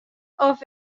oft